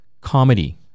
comedy